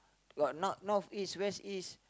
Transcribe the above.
got North North East West East